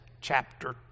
chapter